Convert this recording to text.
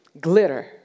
glitter